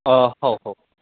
हो हो